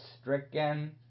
stricken